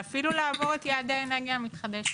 ואפילו לעבור את יעדי האנרגיה המתחדשת.